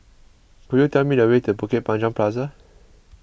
could you tell me the way to Bukit Panjang Plaza